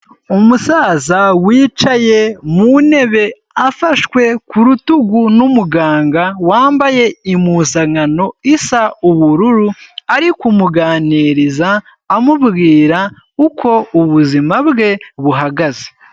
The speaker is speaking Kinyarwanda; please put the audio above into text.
Umusaza wicaye mu ntebe afashwe ku rutugu n'umuganga wambaye impuzankano isa ubururu, ari kumuganiriza amubwira uko ubuzima bwe buhagaze.